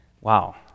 Wow